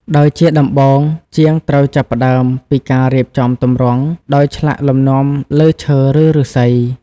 ដោយជាដំបូង ជាងត្រូវចាប់ផ្ដើមពី ការរៀបចំទម្រង់ ដោយឆ្លាក់លំនាំលើឈើ ឬឫស្សី។